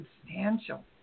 substantial